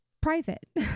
private